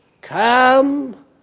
Come